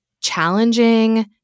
challenging